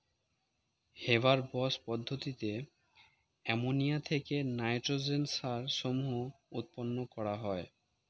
Haber Bosch পদ্ধতিতে ammonia থেকে nitrogen সার সমূহ উৎপন্ন করা হয়